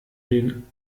den